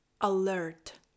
alert